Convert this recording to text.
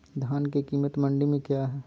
धान के कीमत मंडी में क्या है?